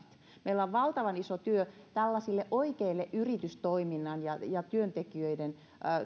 meillä on valtavan iso työ tällaisten oikeiden yritystoimintaan ja ja